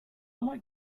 like